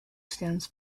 stands